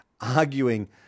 arguing